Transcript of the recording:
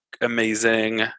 amazing